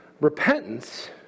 Repentance